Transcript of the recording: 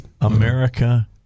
America